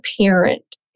parent